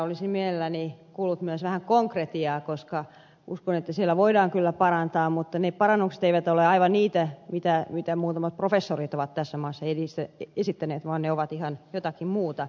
olisin mielelläni kuullut myös vähän konkretiaa koska uskon että siellä voidaan kyllä parantaa mutta ne parannukset eivät ole aivan niitä mitä muutamat professorit ovat tässä maassa esittäneet vaan ne ovat jotakin ihan muuta